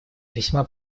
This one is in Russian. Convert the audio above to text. весьма